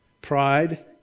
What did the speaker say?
pride